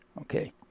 okay